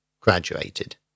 graduated